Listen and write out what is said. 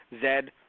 Zed